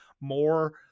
more